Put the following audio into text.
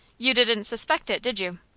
you didn't suspect it, did you?